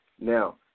Now